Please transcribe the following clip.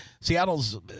Seattle's